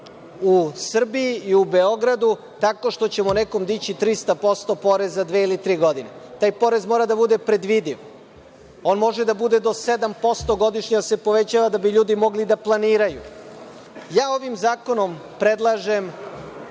u Srbiji i u Beogradu tako što ćemo nekome dići 300% poreza dve ili tri godine, porez mora da bude predvidiv. On može da bude do 7% godišnje da se povećava da bi ljudi mogli da planiraju. Ovim zakonom predlažem